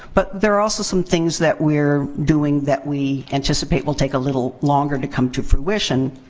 but there are also some things that we're doing that we anticipate will take a little longer to come to fruition,